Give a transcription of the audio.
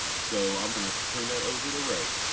so i'm going to turn that over to ray.